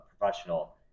professional